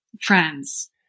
friends